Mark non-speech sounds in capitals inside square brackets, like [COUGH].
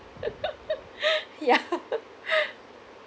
[LAUGHS] ya [LAUGHS]